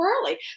early